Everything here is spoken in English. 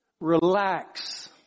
Relax